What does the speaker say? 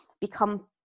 become